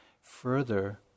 further